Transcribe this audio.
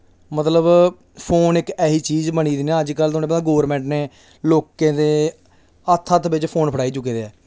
मतलब फोन इक ऐसी चीज बनी दी ना अज्ज कल तुसें गी पता ना गौरमेंट ने लोकें दे हत्थ हत्थ बिच फोन फड़ाई चुके दे ऐ